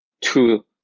two